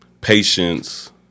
patience